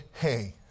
hey